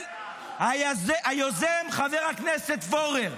של היוזם חבר הכנסת פורר.